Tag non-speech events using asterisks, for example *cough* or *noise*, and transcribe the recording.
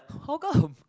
how come *laughs*